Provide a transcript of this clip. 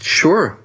sure